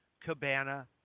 cabana